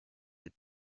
des